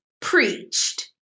preached